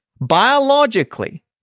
biologically